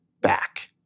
back